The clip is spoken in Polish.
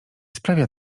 sprawia